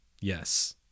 Yes